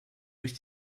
durch